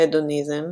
הדוניזם